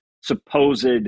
supposed